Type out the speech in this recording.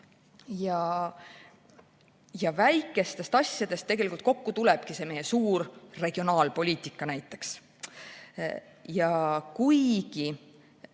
Väikestest asjadest tegelikult kokku tulebki meie suur regionaalpoliitika näiteks. Kuigi